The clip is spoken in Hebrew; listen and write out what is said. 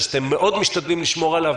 היא שאתם משתדלים לשמור על האיזון הזה,